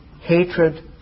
hatred